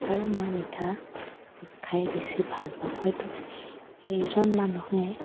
আৰু মই মিঠা খাই বেছি ভাল পাওঁ হয়তো সেইজন মানুহে